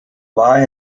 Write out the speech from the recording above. war